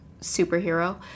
superhero